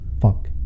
fuck